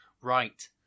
right